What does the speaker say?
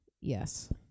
Yes